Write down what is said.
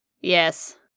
Yes